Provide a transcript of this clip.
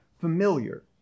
familiar